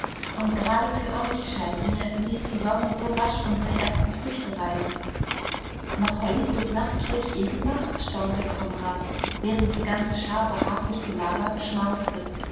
und gerade für euch scheint mir ließ die sonne so rasch unsere ersten früchte reifen noch heut bis nach kirchehrenbach staunte konrad während die ganze schar behaglich gelagert schmauste